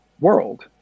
world